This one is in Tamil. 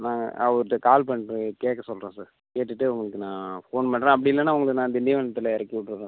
நான் அவர்கிட்ட கால் பண்ணி கேட்க சொல்கிறேன் சார் கேட்டுவிட்டு உங்களுக்கு நான் ஃபோன் பண்ணுறேன் அப்படி இல்லைன்னா உங்களை நான் திண்டிவனத்தில் இறக்கி விட்டுறேன்